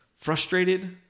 frustrated